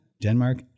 Denmark